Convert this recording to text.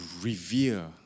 revere